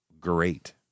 great